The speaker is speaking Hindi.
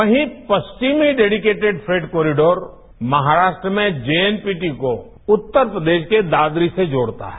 वहीं पश्चिमी डेडिकेटड फ्रेट कॉरिडोर महाराष्ट्र में जे एन टी गोव उत्तर प्रदेश के दादरी से जोड़ता है